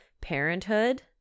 parenthood